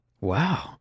Wow